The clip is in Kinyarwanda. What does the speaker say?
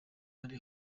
ari